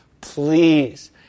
please